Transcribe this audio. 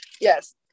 Yes